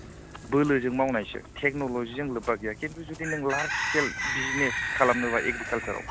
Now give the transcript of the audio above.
बोलोजों मावनाय सो टेक्नलजिजों लोब्बा गैया खिन्थु नों जुदि लार्ज स्केल बिजनेस खालामनोब्ला एग्रिकालचाराव